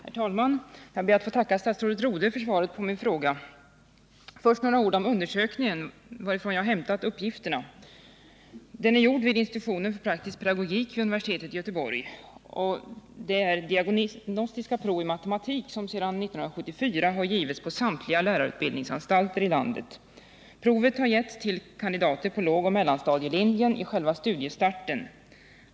Herr talman! Jag ber att få tacka statsrådet Rodhe för svaret på min fråga. Först några ord om undersökningen och varifrån jag hämtat uppgifterna. Den är gjord vid institutionen för praktisk pedagogik vid universitetet i Göteborg och omfattar de diagnostiska prov i matematik som sedan 1974 har givits på samtliga lärarutbildningsanstalter i landet. Provet har getts till kandidater på lågoch mellanstadielinjerna vid själva studiestarten.